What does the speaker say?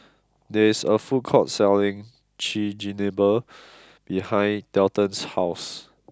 there is a food court selling Chigenabe behind Dalton's house